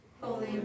Holy